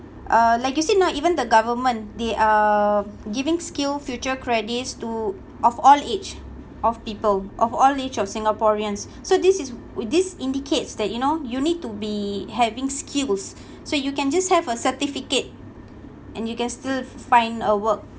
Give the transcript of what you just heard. uh like you see now even the government they are giving skills future credits to of all age of people of all age of singaporeans so this is this indicates that you know you need to be having skills so you can just have a certificate and you can still f~ find a work